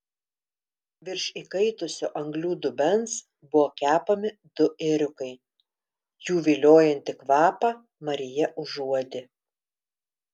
virš įkaitusio anglių dubens buvo kepami du ėriukai jų viliojantį kvapą marija užuodė